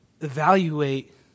Evaluate